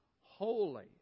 holy